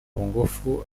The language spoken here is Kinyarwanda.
kungufu